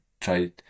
try